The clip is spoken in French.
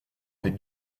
avec